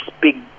big